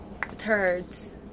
turds